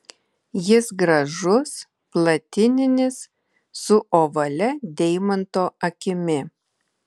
jis gražus platininis su ovalia deimanto akimi